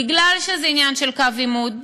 בגלל שזה עניין של קו עימות,